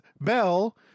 Bell